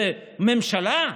זו ממשלה?